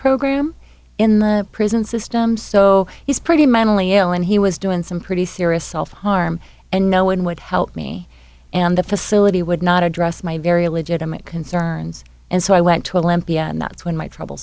program in the prison system so he's pretty mentally ill and he was doing some pretty serious self harm and no one would help me and the facility would not address my very legitimate concerns and so i went to olympia and that's when my trouble